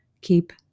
Keep